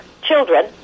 children